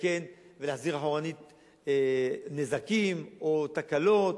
לתקן ולהחזיר אחורנית נזקים או תקלות